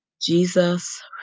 Jesus